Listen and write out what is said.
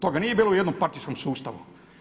Toga nije bilo u jednom partijskom sustavu.